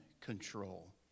control